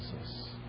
Jesus